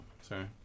sorry